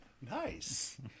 Nice